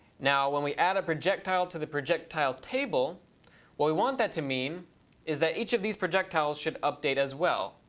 now, when we add a projectile to the projectile table what we want that to mean is that each of these projectiles should update as well.